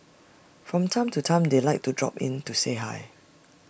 from time to time they like to drop in to say hi